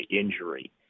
injury